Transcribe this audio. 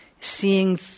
seeing